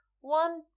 One